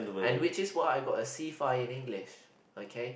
and which is why I got a C five in English okay